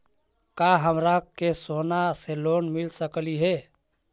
का हमरा के सोना से लोन मिल सकली हे?